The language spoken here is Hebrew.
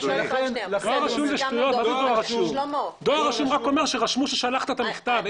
רק אומר ששלחו את המכתב.